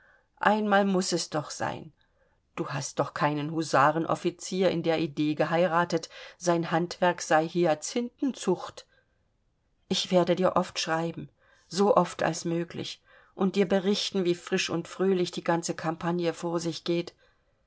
einmal mußte es doch sein du hast doch keinen husarenoffizier in der idee geheiratet sein handwerk sei die hyazinthenzucht ich werde dir oft schreiben so oft als möglich und dir berichten wie frisch und fröhlich die ganze campagne vor sich geht